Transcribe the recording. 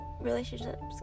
relationships